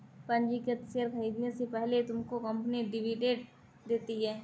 पंजीकृत शेयर खरीदने से पहले तुमको कंपनी डिविडेंड देती है